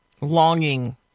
longing